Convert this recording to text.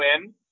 win